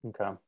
Okay